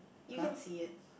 you can see it